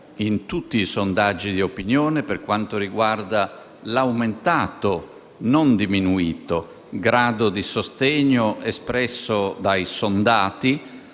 in tutti i sondaggi di opinione per quanto riguarda l'aumentato - non diminuito - grado di sostegno espresso dai sondati